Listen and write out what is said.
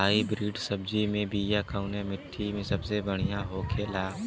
Hybrid सब्जी के बिया कवने मिट्टी में सबसे बढ़ियां होखे ला?